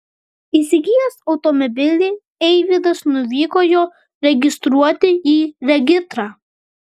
įsigijęs automobilį eivydas nuvyko jo registruoti į regitrą